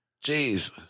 Jesus